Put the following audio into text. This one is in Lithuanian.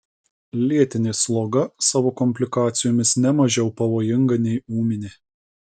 lėtinė sloga savo komplikacijomis ne mažiau pavojinga nei ūminė